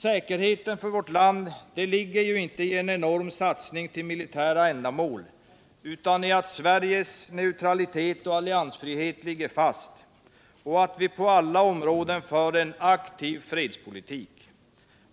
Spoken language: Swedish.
Säkerheten för vårt land ligger inte i en enorm satsning till militära ändamål, utan i att Sveriges neutralitet och alliansfrihet ligger fast och att vi på alla områden för en aktiv fredspolitik.